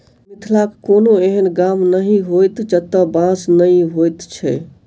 मिथिलाक कोनो एहन गाम नहि होयत जतय बाँस नै होयत छै